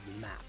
map